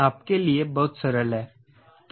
यह आपके लिए बहुत सरल है